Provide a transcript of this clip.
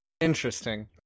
Interesting